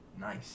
Nice